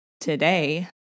today